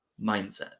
mindset